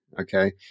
Okay